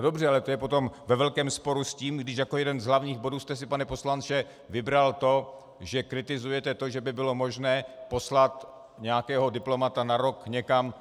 Dobře, ale to je potom ve velkém sporu s tím, když jako jeden z hlavních bodů jste si, pane poslanče, vybral, že kritizujete to, že by bylo možné poslat nějakého diplomata na rok někam.